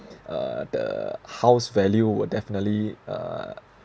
uh the house value will definitely uh